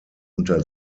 unter